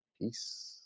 peace